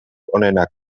onenak